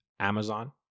amazon